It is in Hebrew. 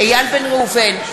איל בן ראובן,